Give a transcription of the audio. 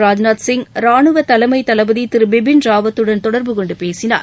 ராஜ்நாத் சிங் ராணுவ தலைமைத் தளபதி பிபின் ராவத்துடன் தொடர்புகொண்டு பேசினார்